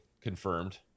confirmed